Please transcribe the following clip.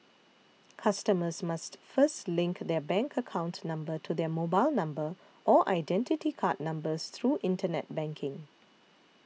customers must first link their bank account number to their mobile number or Identity Card numbers through internet banking